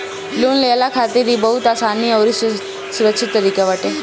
loan लेहला खातिर इ बहुते आसान अउरी सुरक्षित तरीका बाटे